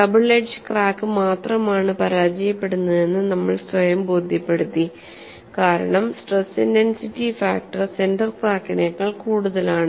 double edge crack മാത്രമാണ് പരാജയപ്പെടുന്നതെന്ന് നമ്മൾ സ്വയം ബോധ്യപ്പെടുത്തി കാരണം സ്ട്രെസ് ഇന്റെൻസിറ്റി ഫാക്ടർ സെന്റർ ക്രാക്കിനേക്കാൾ കൂടുതലാണ്